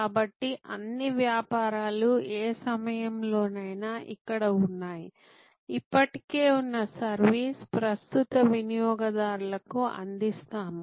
కాబట్టి అన్ని వ్యాపారాలు ఏ సమయంలోనైనా ఇక్కడ ఉన్నాయి ఇప్పటికే ఉన్న సర్వీస్ ప్రస్తుత వినియోగదారులకు అందిస్తాము